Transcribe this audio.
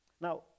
Now